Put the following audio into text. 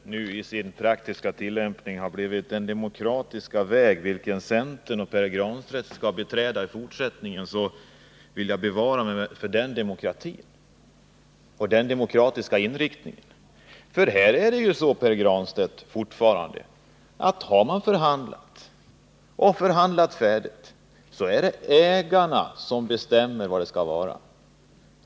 Herr talman! Om MBL nu i sin praktiska tillämpning har blivit den demokratiska väg vilken centern och Pär Granstedt skall beträda i fortsättningen, så vill jag säga: Bevare mig för den demokratiska inriktningen! Här är det ju fortfarande så, Pär Granstedt, att har man förhandlat — och förhandlat färdigt — så är det ägarna som bestämmer hur det skall vara.